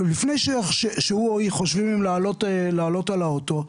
לפני שהוא או היא חושבים אם לעלות על האוטו,